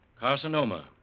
Carcinoma